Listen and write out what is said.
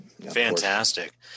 Fantastic